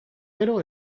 gero